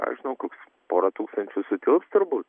ką aš žinau koks porą tūkstančių sutilps turbūt